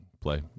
play